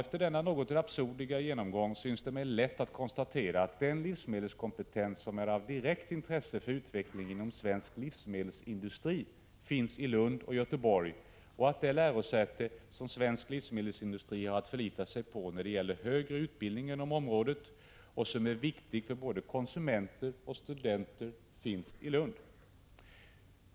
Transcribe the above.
Efter denna något rapsodiska genomgång synes det mig lätt att konstatera, att den livsmedelskompetens som är av direkt intresse för utvecklingen inom svensk livsmedelsindustri finns i Lund och Göteborg och att det lärosäte som svensk livsmedelsindustri har att förlita sig på när det gäller högre utbildning inom området och som är viktig för både konsumenter och studenter finns i Lund.